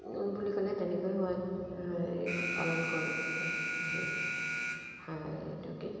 বুলি ক'লে তেনেকৈ মই পালন কৰোঁ সেই সা এইটো কি